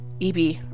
eb